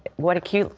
what a cute,